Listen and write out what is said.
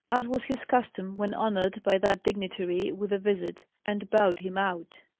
as was his custom when honoured by that dignitary with a visit, and bowed him out.